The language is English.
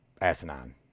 asinine